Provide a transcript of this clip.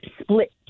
split